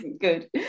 good